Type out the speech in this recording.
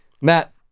Matt